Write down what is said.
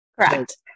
Correct